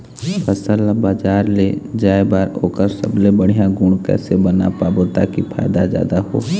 फसल ला बजार ले जाए बार ओकर सबले बढ़िया गुण कैसे बना पाबो ताकि फायदा जादा हो?